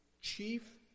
chief